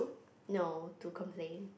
no to complain